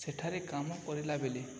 ସେଠାରେ କାମ କରିଲା ବେଳେ